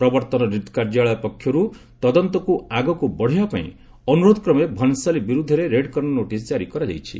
ପ୍ରବର୍ତ୍ତନ କାର୍ଯ୍ୟାଳୟ ପକ୍ଷରୁ ତଦନ୍ତକୁ ଆଗକୁ ବଢାଇବା ପାଇଁ ଅନୁରୋଧ କ୍ରମେ ଭନସାଲି ବିରୁଦ୍ଧରେ ରେଡ କର୍ଣ୍ଣର ନୋଟିସ କାରି କରାଯାଇଛି